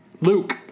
Luke